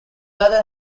other